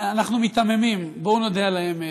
אנחנו מיתממים, בואו נודה על האמת.